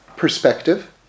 Perspective